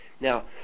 now